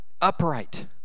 upright